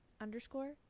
underscore